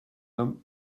homme